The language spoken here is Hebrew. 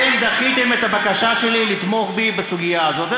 אתם דחיתם את הבקשה שלי לתמוך בי בסוגיה הזאת.